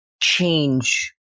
change